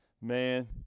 man